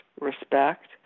Respect